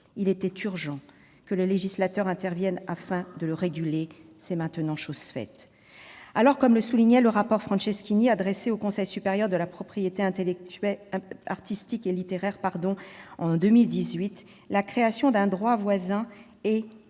Il était urgent que le législateur intervienne afin de le réguler ; c'est maintenant chose faite ! Car, comme le souligne le rapport Franceschini, adressé au Conseil supérieur de la propriété littéraire et artistique en février 2018, la création d'un droit voisin est